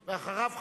ואחריו,